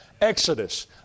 Exodus